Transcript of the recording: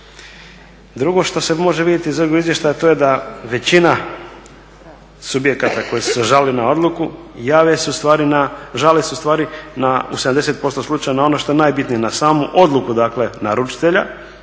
Drugo što se može vidjeti … da većina subjekata koji su se žalili na odluku žale se ustvari na u 70% slučajeva na ono što je najbitnije, na samu odluku, dakle, naručitelja,